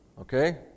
okay